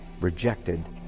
rejected